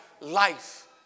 life